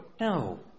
No